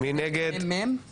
הצבעה בעד, פה אחד פה אחד.